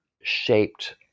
shaped